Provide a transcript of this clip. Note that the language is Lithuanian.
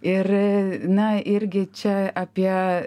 ir na irgi čia apie